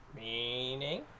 Meaning